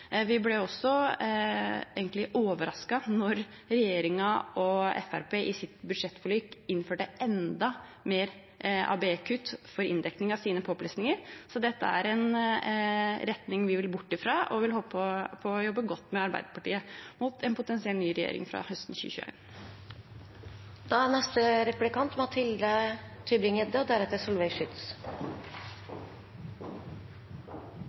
Vi ble også egentlig overrasket da regjeringen og Fremskrittspartiet i sitt budsjettforlik innførte enda mer ABE-kutt for inndekning av sine påplussinger. Så dette er en retning vi vil bort fra, og vi håper å jobbe godt med Arbeiderpartiet mot en potensiell ny regjering fra høsten 2021. Når vi har tall som viser at det er store læringsforskjeller mellom skoler og